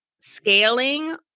scaling